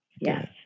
Yes